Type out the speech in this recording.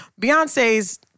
Beyonce's